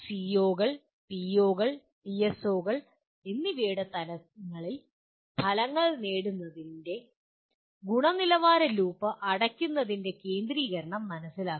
സിഒകൾ പിഒകൾ പിഎസ്ഒകൾ എന്നിവയുടെ തലങ്ങളിൽ ഫലങ്ങൾ നേടുന്നതിൽ ഗുണനിലവാരലൂപ്പ് അടയ്ക്കുന്നതിൻ്റെ കേന്ദ്രീകരണം മനസ്സിലാക്കുക